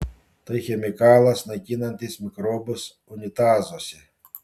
tai chemikalas naikinantis mikrobus unitazuose